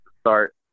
start